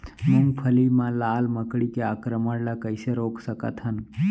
मूंगफली मा लाल मकड़ी के आक्रमण ला कइसे रोक सकत हन?